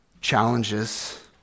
challenges